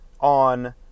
on